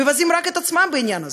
הם מבזים רק את עצמם בעניין הזה,